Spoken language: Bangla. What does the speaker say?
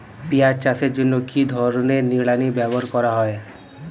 পিঁয়াজ চাষের জন্য কি ধরনের নিড়ানি ব্যবহার করা হয়?